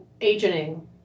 agenting